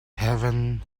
heaven